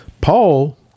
Paul